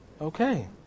Okay